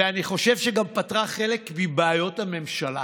ואני חושב שגם פתרה חלק מבעיות הממשלה,